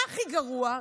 מה הכי גרוע?